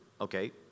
Okay